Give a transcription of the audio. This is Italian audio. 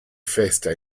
festa